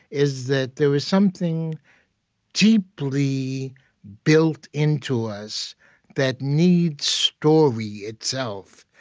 is that there is something deeply built into us that needs story itself.